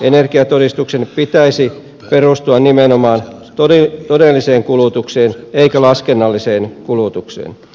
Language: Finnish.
energiatodistuksen pitäisi perustua nimenomaan todelliseen kulutukseen eikä laskennalliseen kulutukseen